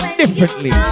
differently